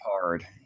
hard